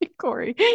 Corey